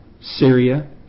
Syria